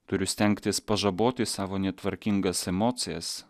turiu stengtis pažaboti savo netvarkingas emocijas